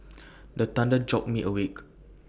the thunder jolt me awake